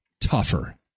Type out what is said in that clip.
tougher